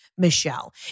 Michelle